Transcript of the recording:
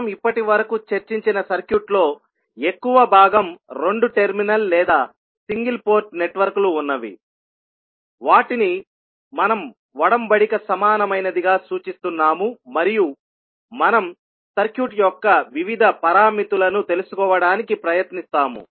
మనం ఇప్పటివరకు చర్చించిన సర్క్యూట్లో ఎక్కువ భాగం రెండు టెర్మినల్ లేదా సింగిల్ పోర్ట్ నెట్వర్క్ లు ఉన్నవి వాటిని మనం ఒడంబడిక సమానమైనదిగా సూచిస్తున్నాము మరియు మనం సర్క్యూట్ యొక్క వివిధ పారామితులను తెలుసుకోవడానికి ప్రయత్నిస్తాము